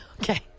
Okay